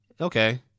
okay